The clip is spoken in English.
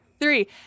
three